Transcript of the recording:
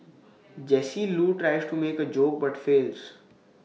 Jesse Loo tries to make A joke but fails